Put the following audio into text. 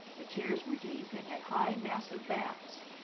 the chairs were deep and had high massive backs,